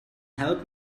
help